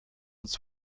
uns